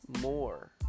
more